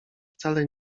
wcale